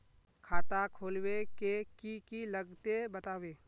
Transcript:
खाता खोलवे के की की लगते बतावे?